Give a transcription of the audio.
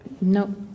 No